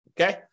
Okay